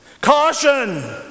Caution